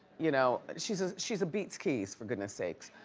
you know she's ah she's a beatz-keys for goodness sakes.